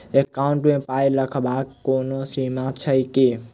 Account मे पाई रखबाक कोनो सीमा छैक की?